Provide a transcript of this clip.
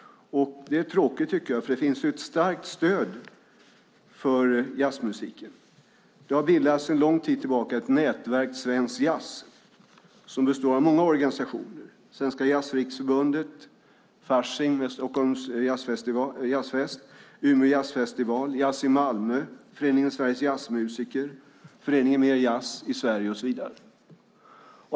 Det är tråkigt, tycker jag, för det finns ett starkt stöd för jazzmusiken. Det finns sedan lång tid tillbaka ett nätverk som kallas Svensk Jazz och som består av många olika organisationer, bland annat Svenska jazzriksförbundet, Fasching med Sthlm Jazz Fest, Umeå Jazzfestival, Jazz i Malmö, Föreningen Sveriges Jazzmusiker, föreningen Mer Jazz i Sverige.